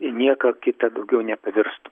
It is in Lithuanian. į nieką kitą daugiau nepavirstų